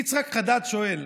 יצחק חדד שואל: